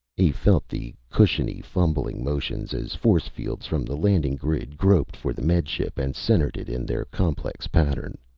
he felt the cushiony, fumbling motions as force fields from the landing grid groped for the med ship and centered it in their complex pattern.